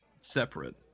separate